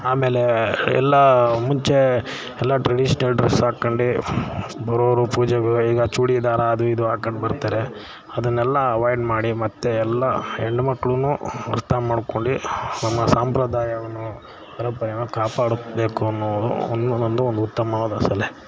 ಆಮೇಲೆ ಎಲ್ಲ ಮುಂಚೆ ಎಲ್ಲ ಟ್ರೆಡಿಷ್ನಲ್ ಡ್ರೆಸ್ ಹಾಕ್ಕಂಡು ಬರೋವ್ರು ಪೂಜೆಗೆ ಈಗ ಚೂಡಿದಾರ ಅದು ಇದು ಹಾಕಂಡು ಬರ್ತಾರೆ ಅದನ್ನೆಲ್ಲಾ ಅವಾಯ್ಡ್ ಮಾಡಿ ಮತ್ತೆ ಎಲ್ಲ ಹೆಣ್ಣುಮಕ್ಳು ಅರ್ಥ ಮಾಡ್ಕೊಳ್ಳಿ ನಮ್ಮ ಸಂಪ್ರದಾಯವನ್ನು ಪರಂಪರೆಯನ್ನು ಕಾಪಾಡಬೇಕು ಅನ್ನೋವ್ರು ಒಂದು ನನ್ನದು ಒಂದು ಉತ್ತಮವಾದ ಸಲಹೆ